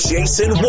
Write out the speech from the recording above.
Jason